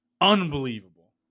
unbelievable